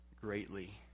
greatly